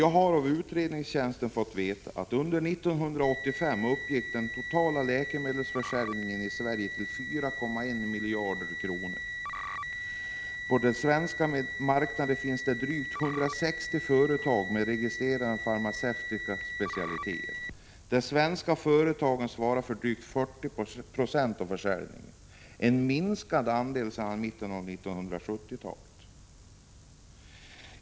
Jag har av utredningstjänsten fått veta att den totala läkemedelsförsäljningen i Sverige under 1985 uppgick till 4,1 miljarder kronor. På den svenska marknaden finns drygt 160 företag med registrerade farmaceutiska specialiteter. De svenska företagen svarar för drygt 40 96 av försäljningen, en minskande andel sedan mitten av 1970-talet.